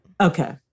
Okay